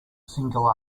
single